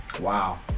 wow